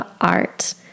Art